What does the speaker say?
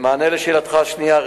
2. במענה על שאלתך השנייה,